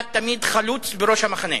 אתה תמיד חלוץ בראש המחנה.